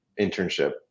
internship